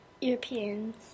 Europeans